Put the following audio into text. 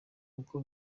uko